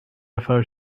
ufo